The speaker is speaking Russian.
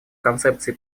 концепции